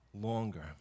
longer